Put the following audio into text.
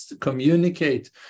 communicate